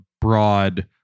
broad